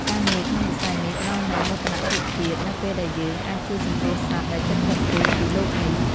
ការងារក្នុងវិស័យនេះផ្តល់នូវមោទនភាពជាតិ នៅពេលដែលយើងអាចជួយសង្គ្រោះសត្វដែលជិតផុតពូជពីលោកនេះ។